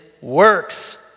works